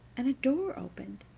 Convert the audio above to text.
and a door opened,